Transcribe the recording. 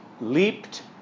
leaped